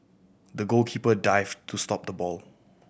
the goalkeeper dived to stop the ball